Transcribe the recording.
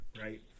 Right